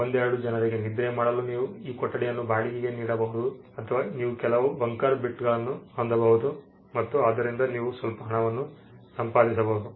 ಒಂದೆರಡು ಜನರಿಗೆ ನಿದ್ರೆ ಮಾಡಲು ನೀವು ಈ ಕೊಠಡಿಯನ್ನು ಬಾಡಿಗೆಗೆ ನೀಡಬಹುದು ನೀವು ಕೆಲವು ಬಂಕರ್ ಬಿಟ್ಗಳನ್ನು ಹೊಂದಬಹುದು ಮತ್ತು ಅದರಿಂದ ನೀವು ಸ್ವಲ್ಪ ಹಣವನ್ನು ಸಂಪಾದಿಸಬಹುದು